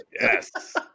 Yes